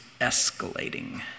escalating